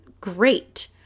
great